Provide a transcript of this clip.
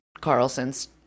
Carlson's